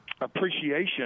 appreciation